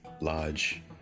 large